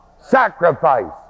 Sacrifice